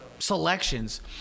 Selections